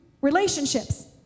relationships